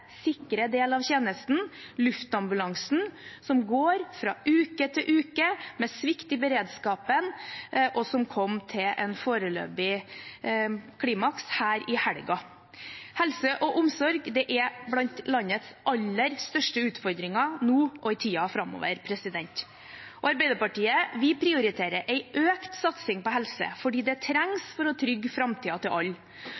sikre del av tjenesten, luftambulansen, som uke etter uke går med svikt i beredskapen, og der det kom til et foreløpig klimaks i helgen. Helse og omsorg er blant landets aller største utfordringer nå og i tiden framover. Arbeiderpartiet prioriterer en økt satsing på helse, for det